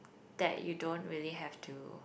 that you don't really have to